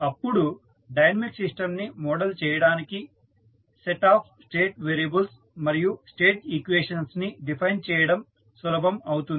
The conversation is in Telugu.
అప్పుడు డైనమిక్ సిస్టంని మోడల్ చేయడానికి సెట్ ఆఫ్ స్టేట్ వేరియబుల్స్ మరియు స్టేట్ ఈక్వేషన్ ని డిఫైన్ చేయడం సులభం అవుతుంది